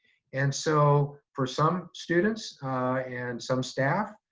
and so, for some students and some staff,